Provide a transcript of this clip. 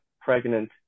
pregnant